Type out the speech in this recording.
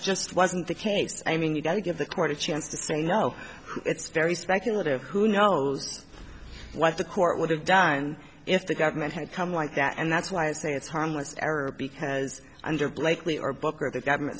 just wasn't the case i mean you don't give the court a chance to say no it's very speculative who knows what the court would have done if the government had come like that and that's why i say it's harmless error because under blakely or booker the government